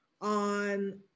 on